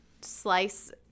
slice